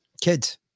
Kids